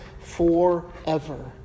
forever